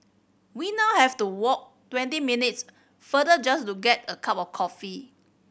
we now have to walk twenty minutes farther just to get a cup of coffee